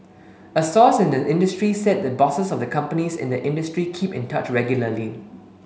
a source in the industry said the bosses of the companies in the industry keep in touch regularly